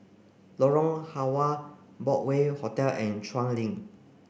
Lorong Halwa Broadway Hotel and Chuan Link